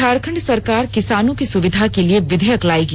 झारखंड सरकार किसानों की सुविधा के लिए विधेयक लाएगी